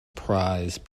prize